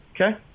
Okay